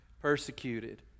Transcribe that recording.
persecuted